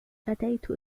أتيت